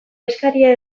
eskaria